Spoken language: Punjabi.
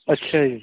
ਅੱਛਾ ਜੀ